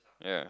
ya